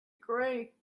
gray